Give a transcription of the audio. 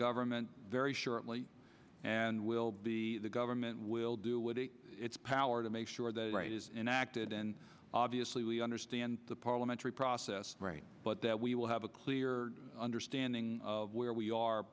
government very shortly and will be the government will do with its power to make sure that right is enacted and obviously we understand the parliamentary process but that we will have a clear understanding of where we are